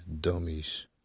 dummies